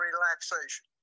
Relaxation